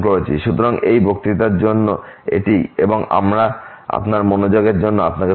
সুতরাং এই বক্তৃতার জন্য এটিই এবং আমি আপনার মনোযোগের জন্য আপনাকে ধন্যবাদ